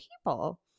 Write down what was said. people